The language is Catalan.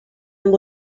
amb